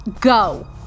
go